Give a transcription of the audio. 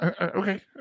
Okay